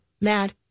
mad